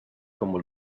como